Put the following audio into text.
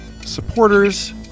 supporters